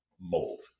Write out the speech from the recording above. mold